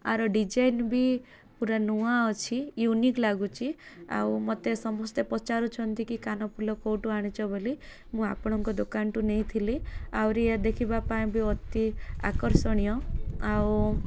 ଆର ଡିଜାଇନ୍ବି ପୁରା ନୂଆ ଅଛି ୟୁନିକ୍ ଲାଗୁଛି ଆଉ ମତେ ସମସ୍ତେ ପଚାରୁଛନ୍ତି କି କାନଫୁଲ କେଉଁଠୁ ଆଣିଛ ବୋଲି ମୁଁ ଆପଣଙ୍କ ଦୋକାନଠୁ ନେଇଥିଲି ଆହୁରି ଦେଖିବା ପାଇଁ ବି ଅତି ଆକର୍ଷଣୀୟ ଆଉ